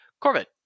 Corbett